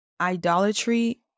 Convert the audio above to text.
idolatry